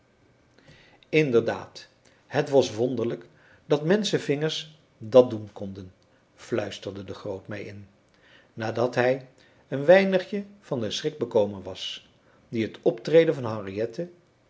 inderdaad het was wonderlijk dat menschevingers dat doen konden fluisterde de groot mij in nadat hij een weinigje van den schrik bekomen was die het optreden van